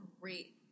great